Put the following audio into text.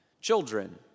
Children